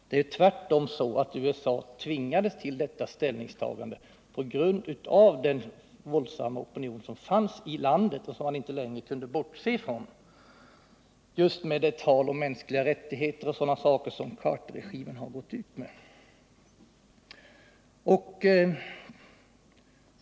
Det är tvärtom så, att USA tvingades till detta ställningstagande av den våldsamma opinion som fanns i landet och som man inte längre kunde bortse från just på grund av talet om mänskliga rättigheter som Carterregimen hade gått ut med.